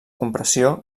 compressió